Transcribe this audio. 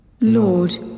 Lord